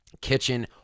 kitchen